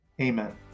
Amen